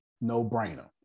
no-brainer